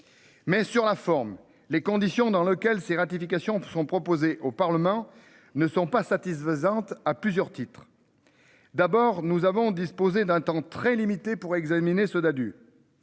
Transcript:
Mais sur la forme, les conditions dans lequel ces ratification sont proposées au Parlement ne sont pas satisfaisantes, à plusieurs titres. D'abord nous avons disposé d'un temps très limité pour examiner Dadu.